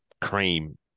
cream